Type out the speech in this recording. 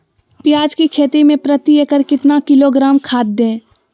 प्याज की खेती में प्रति एकड़ कितना किलोग्राम खाद दे?